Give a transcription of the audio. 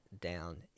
down